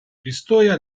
pistoia